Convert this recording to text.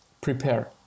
Prepare